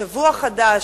לשבוע חדש,